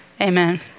Amen